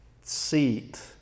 seat